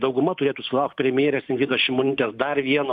dauguma turėtų sulaukt premjerės ingridos šimonytės dar vieno